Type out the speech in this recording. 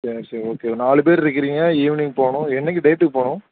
சரி சரி ஓகே நாலு பேர் இருக்கிறீங்க ஈவினிங் போகணும் என்றைக்கி டேட்டுக்கு போகணும்